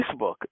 Facebook